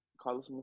Carlos